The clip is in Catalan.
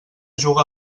juga